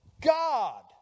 God